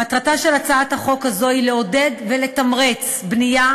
מטרתה של הצעת החוק הזאת היא לעודד ולתמרץ בנייה